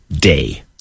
day